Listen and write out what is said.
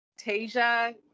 Tasia